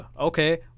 Okay